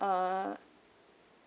uh